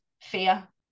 fear